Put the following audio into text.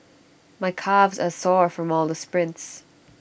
my calves are sore from all the sprints